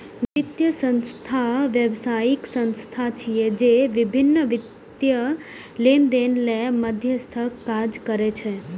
वित्तीय संस्थान व्यावसायिक संस्था छिय, जे विभिन्न वित्तीय लेनदेन लेल मध्यस्थक काज करै छै